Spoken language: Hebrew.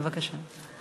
בבקשה.